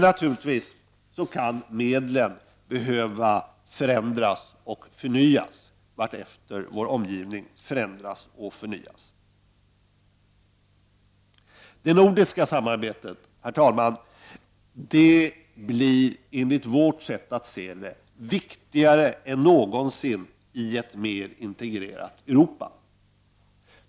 Naturligtvis kan medlen behöva förändras och förnyas vartefter vår omgivning förändras och förnyas. Det nordiska samarbetet, herr talman, blir enligt vårt sätt att se viktigare än någonsin i ett mer integrerat Europa.